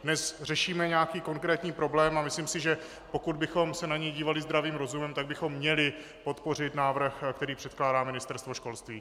Dnes řešíme nějaký konkrétní problém a myslím si, že pokud bychom se na něj dívali zdravým rozumem, tak bychom měli podpořit návrh, který předkládá Ministerstvo školství.